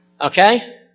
Okay